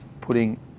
putting